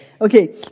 Okay